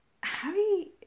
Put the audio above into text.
Harry